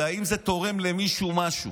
והאם זה תורם למישהו משהו?